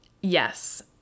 Yes